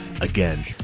Again